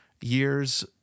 years